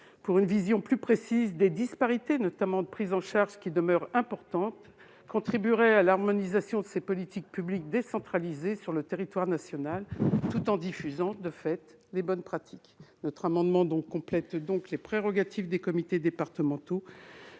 apporter une vision plus précise sur les disparités- notamment de prise en charge -, qui demeurent importantes, contribuerait à l'harmonisation de ces politiques publiques décentralisées sur le territoire national, tout en diffusant de fait les bonnes pratiques. Notre amendement a donc pour objet de compléter les missions des comités départementaux